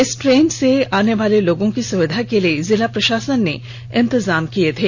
इस ट्रेन से आनेवाले लोगों की सुविधा के लिए जिला प्रषासन ने इंतजाम किये थे